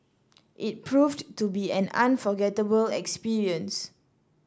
it proved to be an unforgettable experience